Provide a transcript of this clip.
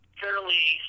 fairly